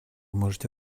можете